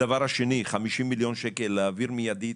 הדבר השני, 50 מיליון שקל, להעביר מידית.